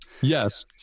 Yes